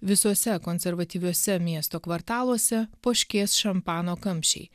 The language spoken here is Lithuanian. visuose konservatyviuose miesto kvartaluose poškės šampano kamščiai